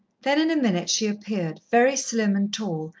then in a minute she appeared, very slim and tall,